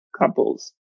couples